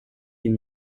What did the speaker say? die